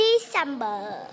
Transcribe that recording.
December